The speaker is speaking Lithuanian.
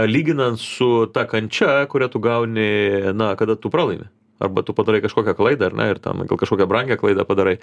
lyginant su ta kančia kurią tu gauni na kada tu pralaimi arba tu padarai kažkokią klaidą ar ne ir ten gal kažkokią brangią klaidą padarai